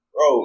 Bro